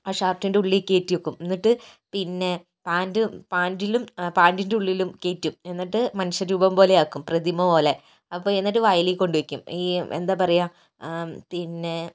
ആ ഷർട്ടിൻ്റെ ഉള്ളിൽ കയറ്റി വെക്കും എന്നിട്ട് പിന്നെ പാന്റ് പാന്റിലും പാന്റിൻ്റെ ഉള്ളിലും കയറ്റും എന്നിട്ട് മനുഷ്യരൂപം പോലെ ആക്കും പ്രതിമ പോലെ അപ്പോൾ എന്നിട്ട് വയലിൽ കൊണ്ടുവെക്കും ഈ എന്താ പറയുക പിന്നെ